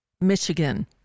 Michigan